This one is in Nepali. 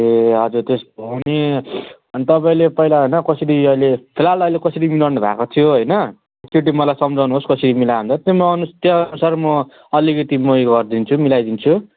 ए हजुर त्यस अनि अन् तपाईँले पहिला होइन कसरी अहिले फिलहाल अहिले कसरी मिलाउनु भएको थियो होइन त्यो चाहिँ मलाई सम्झाउनुहोस् कसरी मिलायो भनेर त्यो म अनु त्योअनुसार म अलिकति म उयो गरिदिन्छु मिलाइदिन्छु